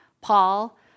Paul